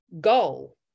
goal